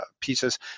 pieces